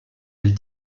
elle